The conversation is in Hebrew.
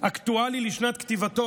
אקטואלי לשנת כתיבתו,